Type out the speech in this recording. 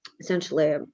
essentially